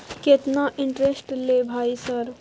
केतना इंटेरेस्ट ले भाई सर?